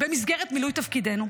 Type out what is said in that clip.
במסגרת מילוי תפקידנו?